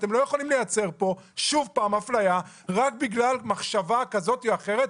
אתם לא יכולים לייצר פה שוב אפליה רק בגלל מחשבה כזאת או אחרת.